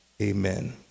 Amen